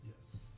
Yes